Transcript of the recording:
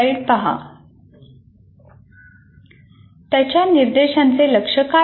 त्याच्या निर्देशांचे लक्ष्य काय आहे